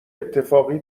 اتفاقی